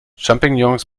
champignons